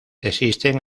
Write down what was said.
existen